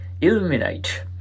illuminate